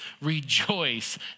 rejoice